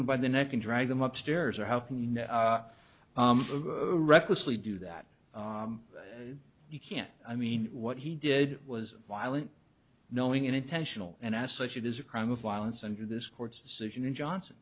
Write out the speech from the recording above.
someone by the neck and drag them up stairs or how can you recklessly do that you can't i mean what he did was violent knowing and intentional and as such it is a crime of violence under this court's decision in johnson